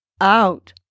out